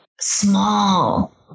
small